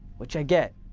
which i get,